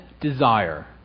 desire